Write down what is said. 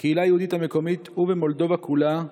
הקהילה היהודית המקומית, ובמולדובה כולה,